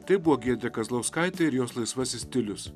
tai buvo giedrė kazlauskaitė ir jos laisvasis stilius